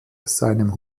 seinem